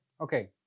Okay